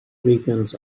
weekends